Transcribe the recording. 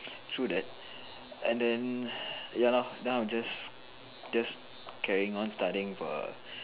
true that and then ya lor now I just just carrying on studying for